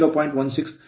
16 0